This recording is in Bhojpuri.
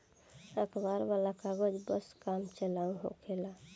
अखबार वाला कागज बस काम चलाऊ होखेला